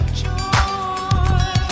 joy